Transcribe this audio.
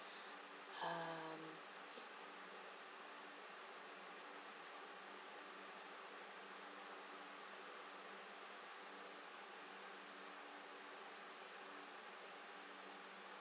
um